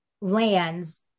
lands